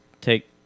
take